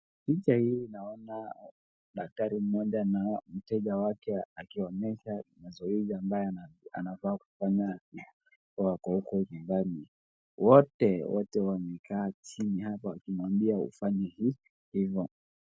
Picha hii naona daktari mmoja na mteja wake akionyesha mazoezi ambayo anafaa kufanya akiwa ako huko nyumbani. Wote, wote wamekaa chini hapa akimuabia ufanye hivi hivo.